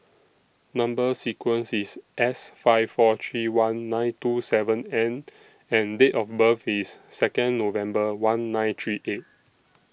Number sequence IS S five four three one nine two seven N and Date of birth IS Second November one nine three eight